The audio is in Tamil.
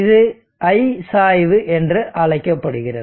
இது I சாய்வு என்று அழைக்கப்படுகிறது